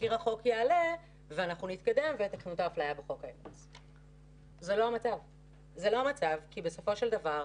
תזכיר החוק יעלה ואנחנו נתקדם ו --- זה לא המצב כי בסופו של דבר,